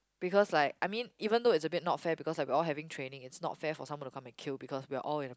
because like I mean even though it's a bit not fair because we are all having training it's not fair for somebody to come and kill because we are all in